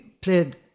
played